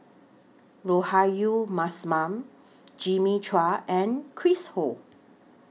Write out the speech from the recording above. Rahayu Mahzam Jimmy Chua and Chris Ho